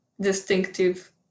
distinctive